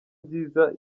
nziza